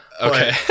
Okay